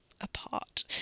apart